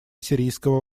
сирийского